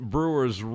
Brewers